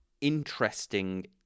interesting